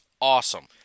Awesome